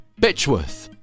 Betchworth